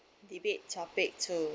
debate topic two